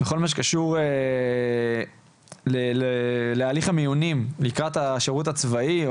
בכל מה שקשור להליך המיונים לקראת השירות הצבאי,